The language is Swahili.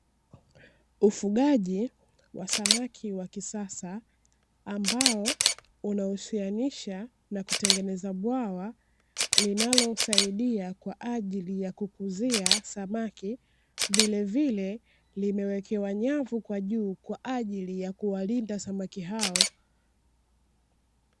Ufugaji wa samaki wa kisasa, ambao unahusianisha na kutengeneza bwawa linalosaidia kwa ajili ya kukuzia samaki. Vilivile limewekewa nyavu kwa juu kwa ajili ya kuwalinda samaki hao.